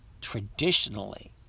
traditionally